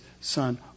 son